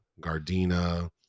Gardena